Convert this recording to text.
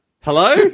Hello